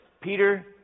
Peter